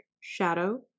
shadow